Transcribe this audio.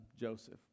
Joseph